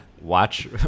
Watch